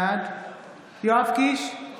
בעד יואב קיש,